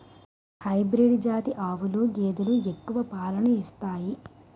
hybrid జాతి ఆవులు గేదెలు ఎక్కువ పాలను ఇత్తాయి